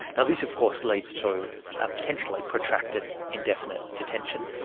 now this of course leads to a potentially protracted indefinite detention.